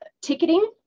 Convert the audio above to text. ticketing